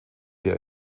der